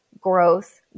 growth